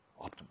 optimal